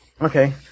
Okay